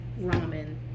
Ramen